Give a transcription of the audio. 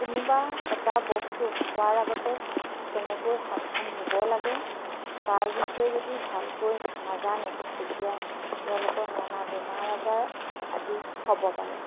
কোনোবা এটা বস্তু খোৱাৰ আগতে কেনেকৈ হাতখন ধুব লাগে তাৰ বিষয়ে যদি ভালকৈ নাজানে তেতিয়া তেওঁলোকৰ নানা বেমাৰ আজাৰ আদি হ'ব পাৰে